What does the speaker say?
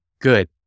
good